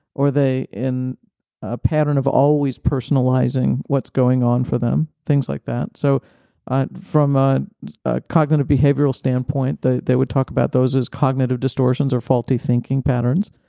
they in a pattern of always personalizing what's going on for them, things like that. so from a ah cognitive behavioral standpoint, they they would talk about those as cognitive distortions or faulty thinking patterns.